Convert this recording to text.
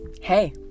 Hey